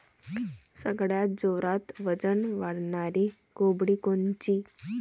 सगळ्यात जोरात वजन वाढणारी कोंबडी कोनची?